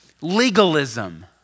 legalism